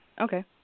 Okay